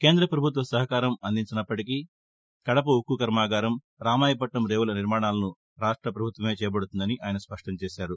కేంద్ర ప్రభుత్వం సహకారం అందించనప్పటికీ కడప ఉక్కు కర్మాగారం రామాయపట్నం రేవుల నిర్మాణాలను రాష్ట ప్రభుత్వమే చేపడుతుందని ఆయన స్పష్టం చేశారు